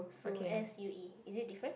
sue S_U_E is it different